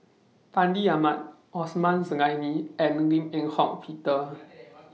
Fandi Ahmad Osman Zailani and Lim Eng Hock Peter